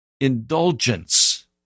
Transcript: indulgence